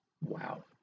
Wow